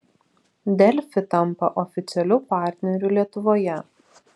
delfi tampa oficialiu partneriu lietuvoje